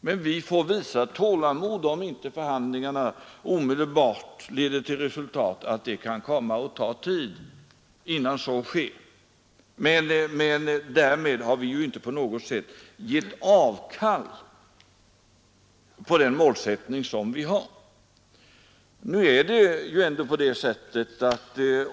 Men vi får visa tålamod om inte förhandlingarna omedelbart leder till resultat; det kan komma att ta tid innan så sker. Men därmed har vi inte på något sätt gett avkall på den målsättning som vi har.